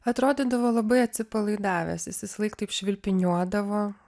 atrodydavo labai atsipalaidavęs jis visąlaik taip švilpyniuodavo